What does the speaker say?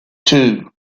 two